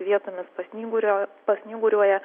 vietomis pasnyguriuos pasnyguriuoja